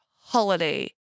holiday